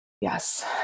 yes